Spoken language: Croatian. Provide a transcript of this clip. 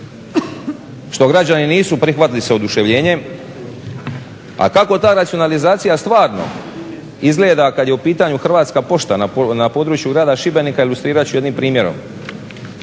što građani nisu prihvatili sa oduševljenjem, a kako ta racionalizacija stvarno izgleda kad je u pitanju Hrvatska pošta na području grada Šibenika ilustrirat ću jednim primjerom.